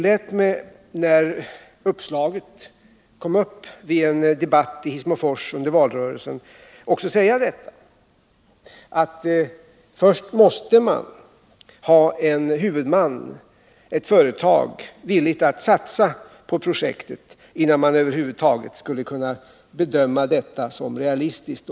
När uppslaget kom upp vid en debatt i Hissmofors under valrörelsen tillät jag mig också att säga detta och att man först måste ha en huvudman, ett företag, som vill satsa på projektet innan man över huvud taget skall kunna bedöma det som realistiskt.